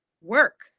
work